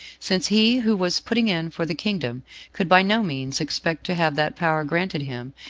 since he who was putting in for the kingdom could by no means expect to have that power granted him,